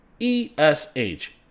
ESH